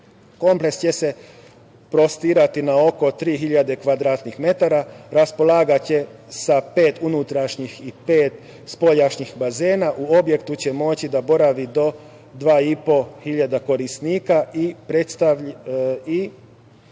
Kompleks će se prostirati na oko 3.000 metara kvadratnih, raspolagaće se sa pet unutrašnjih i pet spoljnih bazena. U objektu će moći da boravi do 2.500 korisnika i predstavljaće